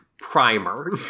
Primer